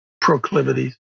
proclivities